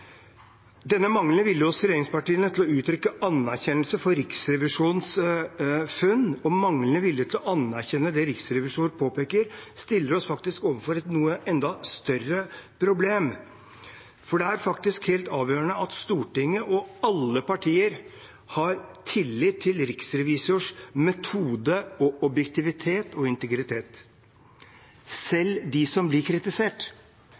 Denne manglende viljen hos regjeringspartiene til å uttrykke anerkjennelse av Riksrevisjonens funn, og den manglende viljen til å anerkjenne det Riksrevisjonen påpeker, stiller oss faktisk overfor et enda større problem, for det er faktisk helt avgjørende at Stortinget – og alle partier – har tillit til Riksrevisjonens metode, objektivitet og integritet, selv de som blir kritisert.